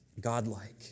godlike